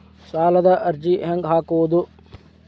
ಸಾಲದ ಅರ್ಜಿ ಹೆಂಗ್ ಹಾಕುವುದು?